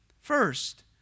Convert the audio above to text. First